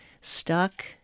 stuck